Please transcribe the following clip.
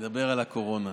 נדבר על הקורונה.